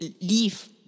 leave